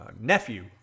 nephew